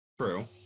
True